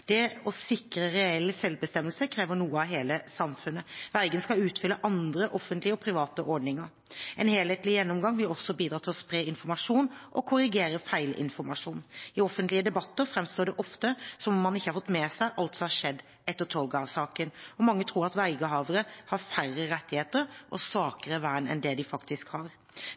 Det å sikre reell selvbestemmelse krever noe av hele samfunnet. Vergen skal utfylle andre offentlige og private ordninger. En helhetlig gjennomgang vil også bidra til spre informasjon og korrigere feilinformasjon. I offentlige debatter fremstår det ofte som om man ikke har fått med seg alt som har skjedd etter Tolga-saken, og mange tror at vergehavere har færre rettigheter og svakere vern enn de faktisk har.